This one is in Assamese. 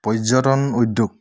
পৰ্যটন উদ্যোগ